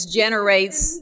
generates